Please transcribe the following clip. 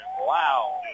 Wow